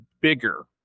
bigger